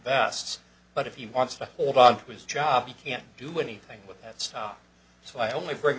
best's but if he wants to hold onto his job he can't do anything with that stop so i only bring